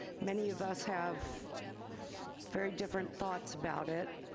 many of us have very different thoughts about it,